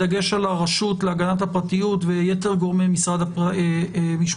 בדגש על הרשות להגנת הפרטיות ויתר גורמי משרד המשפטים,